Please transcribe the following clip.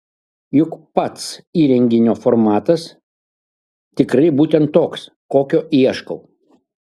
juk pats įrenginio formatas tikrai būtent toks kokio ieškau